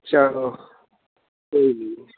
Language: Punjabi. ਚਲੋ ਠੀਕ ਜੀ